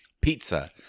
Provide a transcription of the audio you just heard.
Pizza